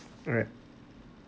alright